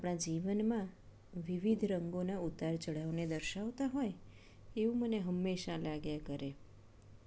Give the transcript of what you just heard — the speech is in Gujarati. આપણા જીવનમાં વિવિધ રંગોના ઉતાર ચઢાવને દર્શાવતા હોય એવું મને હંમેશાં લાગ્યા કરે